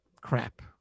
crap